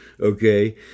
Okay